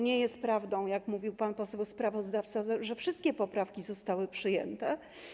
Nie jest prawdą, jak mówił pan poseł sprawozdawca, to, że wszystkie poprawki zostały przyjęte.